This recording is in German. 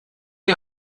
die